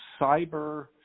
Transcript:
Cyber